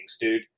dude